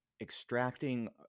extracting